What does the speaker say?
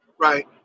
right